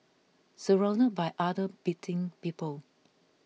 surrounded by other beating people